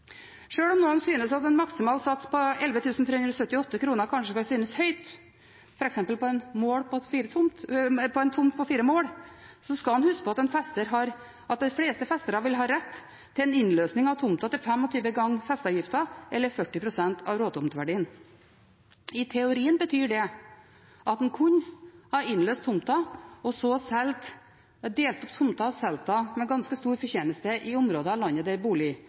Sjøl om noen synes at en maksimal sats på 11 378 kr kanskje kan synes høy, f.eks. for en tomt på 4 mål, skal man huske på at de fleste festere vil ha rett til en innløsning av tomta til 25 ganger festeavgiften, eller 40 pst. av råtomteverdien. I teorien betyr det at man kunne ha innløst tomta, ha delt opp tomta og så solgt med ganske stor fortjeneste i områder av landet der